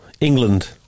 England